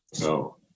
No